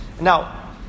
Now